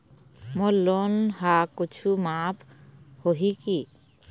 मोर loan हा कुछू माफ होही की?